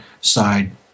side